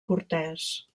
cortès